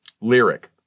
Lyric